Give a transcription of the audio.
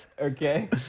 Okay